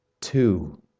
two